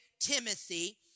Timothy